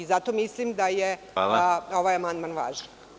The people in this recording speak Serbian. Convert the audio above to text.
Zato mislim da je ovaj amandman važan.